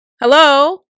Hello